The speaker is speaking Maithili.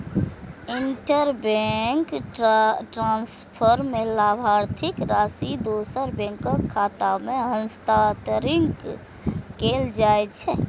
इंटरबैंक ट्रांसफर मे लाभार्थीक राशि दोसर बैंकक खाता मे हस्तांतरित कैल जाइ छै